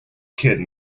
kid